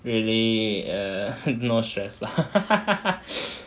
really err no stress lah